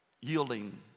yielding